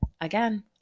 again